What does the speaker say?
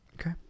Okay